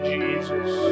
Jesus